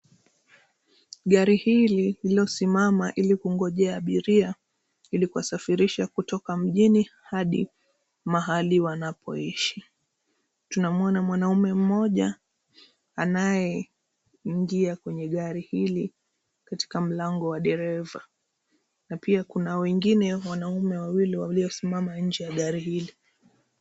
Gari hili lililosimama ili kungojea abiria, ili kuwasafirisha kutoka mjini hadi mahali wanapoishi. Tunamuona mwanaume mmoja, anayeingia kwenye gari hili katika mlango wa dereva, na pia kuna wengine wanaume wawili waliosimama nje ya gari hili.